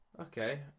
Okay